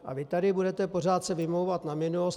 A vy se tady budete pořád vymlouvat na minulost.